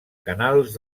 canals